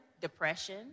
Depression